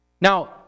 Now